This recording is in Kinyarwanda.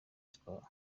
siporo